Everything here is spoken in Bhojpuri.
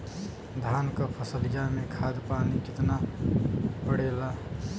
धान क फसलिया मे खाद पानी कितना पड़े ला?